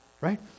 Right